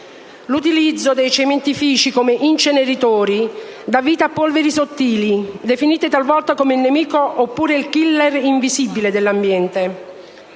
L'utilizzo dei cementifici come inceneritori dà vita a polveri sottili, definite talvolta come «il nemico» oppure «il *killer* invisibile» dell'ambiente.